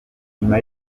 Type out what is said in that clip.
nyuma